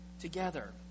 together